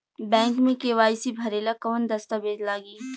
Bank मे KYC भरेला कवन दस्ता वेज लागी?